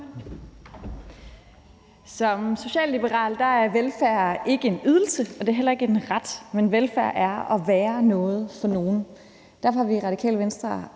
en socialliberal er velfærd ikke en ydelse, og det er heller ikke en ret, men velfærd er at være noget for nogen. Derfor har vi i Radikale Venstre